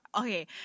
okay